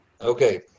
Okay